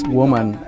woman